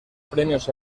premios